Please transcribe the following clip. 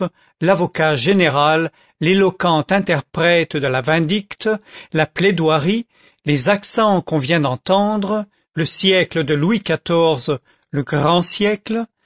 l'avocat général l'éloquent interprète de la vindicte la plaidoirie les accents qu'on vient d'entendre le siècle de louis xiv le grand siècle